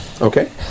Okay